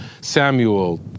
Samuel